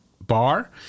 bar